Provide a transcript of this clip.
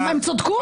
הם צדקו.